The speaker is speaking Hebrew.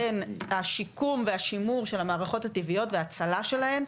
השיקום והשימור של המערכות הטבעיות וההצלחה שלהם,